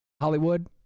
Hollywood